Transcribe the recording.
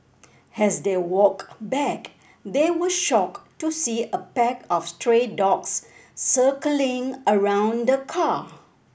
as they walked back they were shocked to see a pack of stray dogs circling around the car